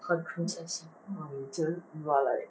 !wah! 你真 you are like